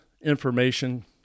information